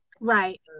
right